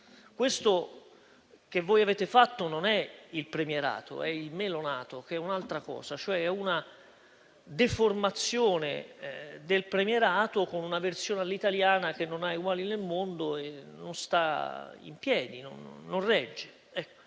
Unito e della Spagna - è in realtà il "melonato", che è un'altra cosa, e cioè è una deformazione del premierato con una versione all'italiana che non ha eguali nel mondo e non sta in piedi, non regge. In